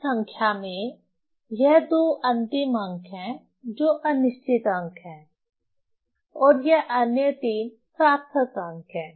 इस संख्या में यह दो अंतिम अंक है जो अनिश्चित अंक है और यह अन्य 3 सार्थक अंक है